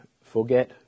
forget